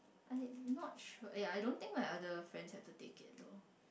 I'm not sure ya I don't think other friends have to take it though